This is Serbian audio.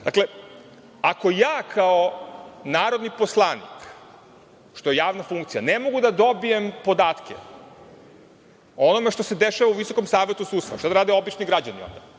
ako ja kao narodni poslanik, što je javna funkcija, ne mogu da dobijem podatke o onome što se dešava u Visokom savetu sudstva, šta da rade onda obični građani?